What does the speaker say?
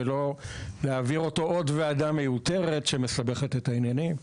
ולא להעביר אותו עוד ועדה מיותרת שמסבכת את העניינים.